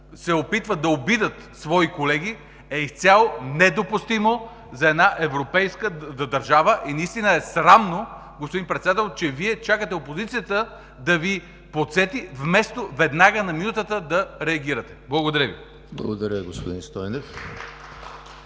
се опитват да обидят свои колеги. Изцяло е недопустимо за една европейска държава и наистина е срамно, господин Председател, че Вие чакате опозицията да Ви подсети вместо веднага на минутата да реагирате! Благодаря Ви. (Ръкопляскания от